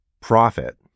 profit